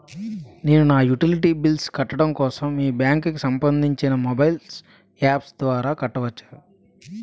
నేను నా utility bills కట్టడం కోసం మీ బ్యాంక్ కి సంబందించిన మొబైల్ అప్స్ ద్వారా కట్టవచ్చా?